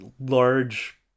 large